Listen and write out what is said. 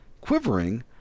quivering